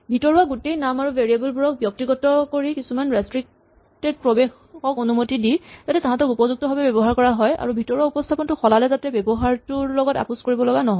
ভিতৰোৱা গোটেই নাম আৰু ভেৰিয়েবল বোৰক ব্যক্তিগত কৰি কিছুমান ৰেস্ট্ৰিক্টেট প্ৰৱেশক অনুমতি দি যাতে তাঁহাতক উপযুক্তভাৱে ব্যৱহাৰ কৰা যায় আৰু ভিতৰোৱা উপস্হাপনটো সলালে যাতে ব্যৱহাৰটোৰ লগত আপোচ কৰিব লগা নহয়